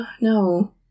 no